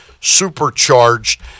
supercharged